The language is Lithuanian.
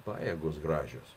pajėgos gražios